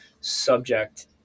subject